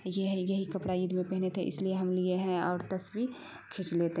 یہ یہی کپڑا عید میں پہنے تھے اس لیے ہم لیے ہیں اور تصویر کھینچ لیتے